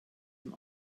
dem